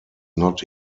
not